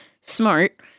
Smart